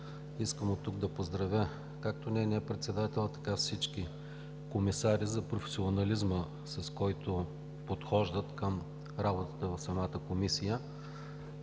Искам оттук да поздравя както нейния председател, така и всички комисари за професионализма, с който подхождат към работата в самата комисия.